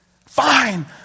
Fine